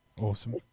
Awesome